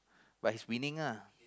but he's winning ah